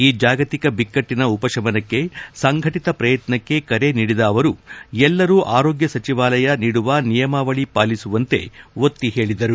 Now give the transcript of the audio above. ಈ ಜಾಗತಿಕ ಬಿಕ್ಕಟ್ಟನ ಉಪಶಮನಕ್ಕೆ ಸಂಘಟತ ಪ್ರಯತ್ನಕ್ಕೆ ಕರೆ ನೀಡಿದ ಅವರು ಎಲ್ಲರೂ ಆರೋಗ್ಯ ಸಚಿವಾಲಯ ನೀಡುವ ನಿಯಮಾವಳಿ ಪಾಲಿಸುವಂತೆ ಒತ್ತಿ ಹೇಳಿದರು